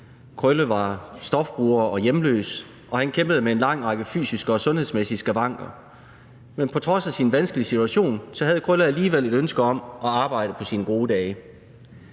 Krølle var stofbruger og hjemløs, og han kæmpede med en lang række sundhedsmæssige skavanker. Men på trods af sin vanskelige situation havde Krølle alligevel et ønske om at arbejde på sine gode dage.